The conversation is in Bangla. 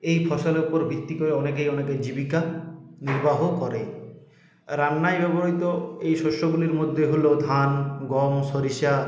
এই ফসলের উপর ভিত্তি করে অনেকে অনেকের জীবিকা নির্বাহ করে রান্নায় ব্যবহৃত এই শস্যগুলির মধ্যে হল ধান গম সরিষা